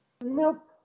Nope